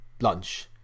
lunch